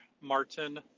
Martin